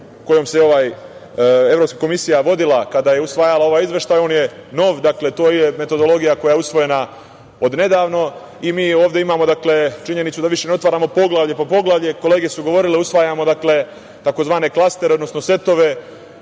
kojom se ova Evropska komisija vodila kada je usvajala ovaj izveštaj, on je nov. Dakle, to je metodologija koja je usvojena odnedavno i mi ovde imamo činjenicu da više ne otvaramo poglavlje po poglavlje, kolege su o tome govorile, usvajamo tzv. klastere, odnosno setove